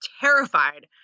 terrified